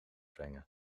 brengen